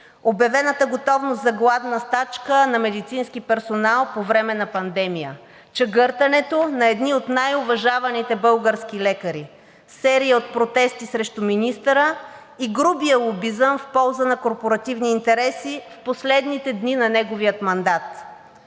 Обявената готовност за гладна стачка на медицински персонал по време на пандемия, чегъртането на едни от най-уважаваните български лекари, серия от протести срещу министъра и грубия лобизъм в полза на корпоративни интереси в последните дни на неговия мандат.